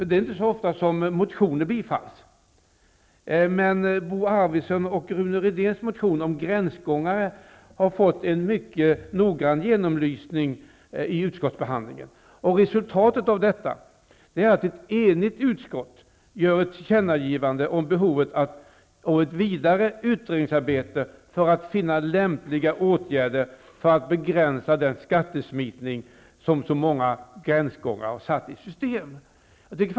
Det är inte så ofta som motioner bifalls. Bo Arvidsons och Rune Rydéns motion om gränsgångare har fått en mycket noggrann genomlysning i utskottsbehandlingen. Resultatet av detta är att ett enigt utskott gör ett tillkännagivande om behovet av ett vidare utredningsarbete för att finna lämpliga åtgärder för att begränsa den skattesmitning som så många gränsgångare har satt i system.